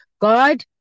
God